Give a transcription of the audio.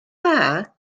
dda